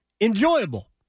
enjoyable